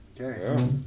Okay